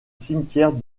cimetière